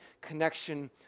connection